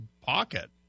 pocket